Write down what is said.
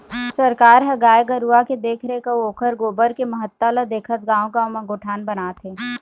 सरकार ह गाय गरुवा के देखरेख अउ ओखर गोबर के महत्ता ल देखत गाँव गाँव म गोठान बनात हे